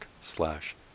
slash